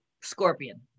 Scorpion